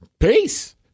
Peace